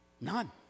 None